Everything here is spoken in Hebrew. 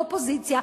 באופוזיציה,